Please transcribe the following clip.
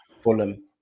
Fulham